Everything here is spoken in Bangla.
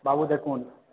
বাবু দেখুন